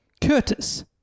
Curtis